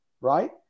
right